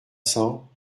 cents